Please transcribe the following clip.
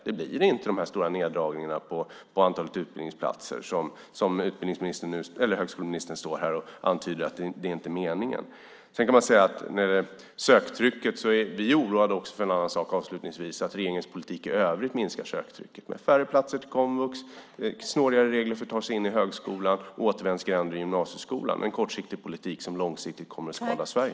Det blir inte de här stora neddragningarna på antalet utbildningsplatser, eftersom högskoleministern nu står här och antyder att det inte är det som är meningen. Avslutningsvis när det gäller söktrycket är vi oroade för en annan sak, nämligen att regeringens politik i övrigt minskar söktrycket. Det är färre platser till komvux, snårigare regler för att ta sig in på högskolan och återvändsgränder i gymnasieskolan - en kortsiktig politik som långsiktigt kommer att skada Sverige.